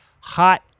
hot